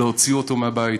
להוציא אותו מהבית,